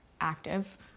active